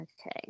Okay